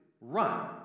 Run